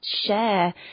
share